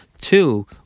Two